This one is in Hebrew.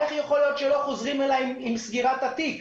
איך יכול להיות שלא חוזרים אליי עם סגירת התיק?